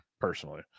personally